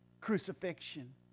crucifixion